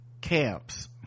camps